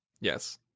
Yes